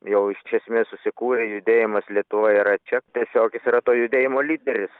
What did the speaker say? jau iš esmės susikūrė judėjimas lietuva yra čia tiesiog jis yra to judėjimo lyderis